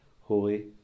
Holy